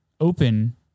open